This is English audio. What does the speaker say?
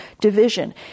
division